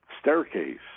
staircase